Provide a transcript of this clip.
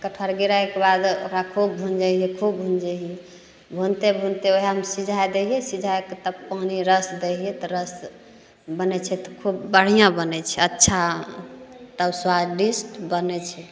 कटहर गिरैके बाद ओकरा खूब भुजै हिए खूब भुजै हिए भुनिते भुनिते वएहमे सिझै दै हिए सिझैके तब पानी रस दै हिए तऽ रस बनै छै तऽ खूब बढ़िआँ बनै छै अच्छा तब सुआदिष्ट बनै छै